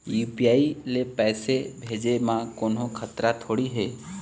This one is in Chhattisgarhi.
यू.पी.आई ले पैसे भेजे म कोन्हो खतरा थोड़ी हे?